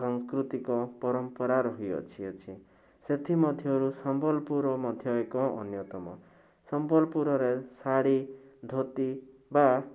ସାଂସ୍କୃତିକ ପରମ୍ପରା ରହିଅଛି ଅଛି ସେଥିମଧ୍ୟରୁ ସମ୍ବଲପୁରରେ ମଧ୍ୟ ଏକ ଅନ୍ୟତମ ସମ୍ବଲପୁରରେ ଶାଢ଼ୀ ଧୋତି ବା